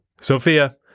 Sophia